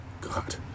God